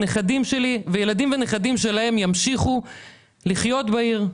הנכדים שלי והילדים והנכדים שלהם ימשיכו לחיות בעיר,